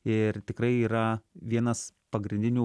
ir tikrai yra vienas pagrindinių